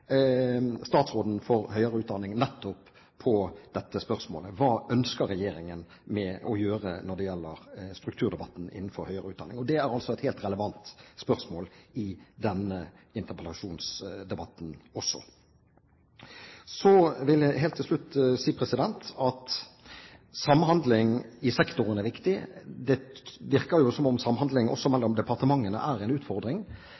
statsråden for høyere utdanning nettopp på dette spørsmålet: Hva ønsker regjeringen å gjøre når det gjelder strukturdebatten innenfor høyere utdanning? Det er altså et helt relevant spørsmål i denne interpellasjonsdebatten også. Så vil jeg helt til slutt si at samhandling i sektoren er viktig. Det virker jo som om samhandling også mellom departementene er en utfordring.